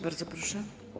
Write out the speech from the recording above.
Bardzo proszę.